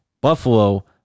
Buffalo